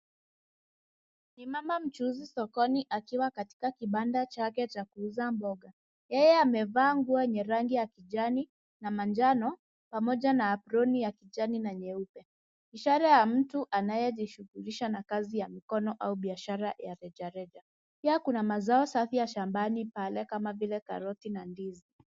Ni mama mchuuzi sokoni akiwa katika kibanda chake cha kuuza mboga. Yeye amevaa nguo yenye rangi ya kijani na manjano pamoja na aproni ya kijani na nyeupe. Ishara ya mtu anayejishughulisha na kazi ya mikono au biashara ya rejareja. Pia kuna mazao safi ya shambani pale kama vile karoti na ndizi.